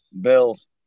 Bills